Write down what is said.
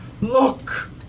Look